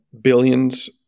billions